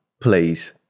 please